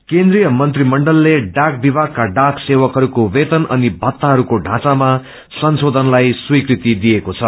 रे केन्द्रीय मन्त्रीमण्डलले डाक विभागका डाक सेवकहस्को वेतन अनि भत्ताहरूको काँचामा संशोधनलाई स्वीकृति दिएको छ